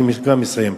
אני כבר מסיים.